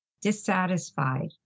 dissatisfied